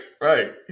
right